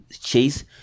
Chase